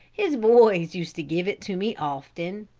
his boys used to give it to me often.